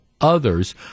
others